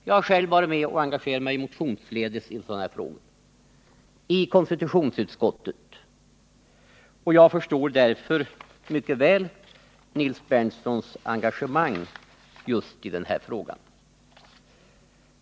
Jag har själv engagerat mig motionsledes i sådana här frågor och även i konstitutionsutskottet, och jag förstår därför mycket väl Nils Berndtsons engagemang i just den här frågan.